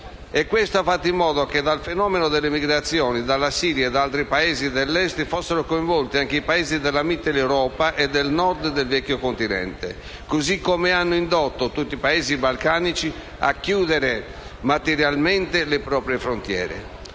Questo ha fatto in modo che dal fenomeno delle migrazioni, dalla Siria e da altri paesi dell'Est, fossero coinvolti anche i Paesi della Mitteleuropa e del Nord del vecchio continente. Così come hanno indotto tutti i Paesi balcanici a chiudere materialmente le proprie frontiere.